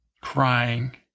crying